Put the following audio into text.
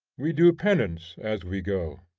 we do penance as we go.